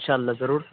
انشاء اللہ ضرور